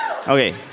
Okay